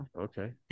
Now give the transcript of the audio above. Okay